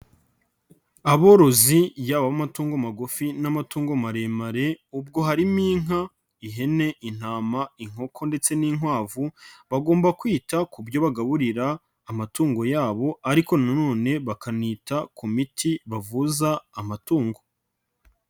Aborozi yaba ab'amatungo magufi n'amatungo maremare ubwo harimo inka, ihene, intama inkoko ndetse n'inkwavu, bagomba kwita ku byo bagaburira amatungo yabo ariko na none bakanita ku miti bavuza amatungo.